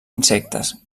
insectes